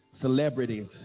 celebrities